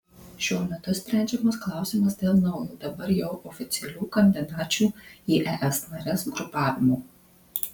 šiuo metu sprendžiamas klausimas dėl naujo dabar jau oficialių kandidačių į es nares grupavimo